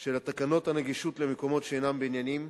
של תקנות הנגישות למקומות שאינם בניינים,